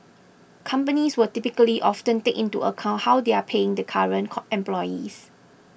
companies will typically also take into account how they are paying the current employees